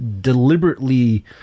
deliberately